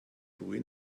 ruhe